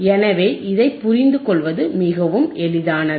எனவே இதை புரிந்து கொள்வது மிகவும் எளிதானது